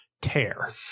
tear